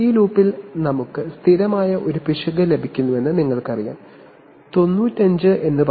ഈ ലൂപ്പിൽ നിങ്ങൾക്ക് സ്ഥിരമായ ഒരു പിശക് ലഭിക്കുന്നുവെന്ന് നിങ്ങൾക്കറിയാം 95 എന്ന് പറയുക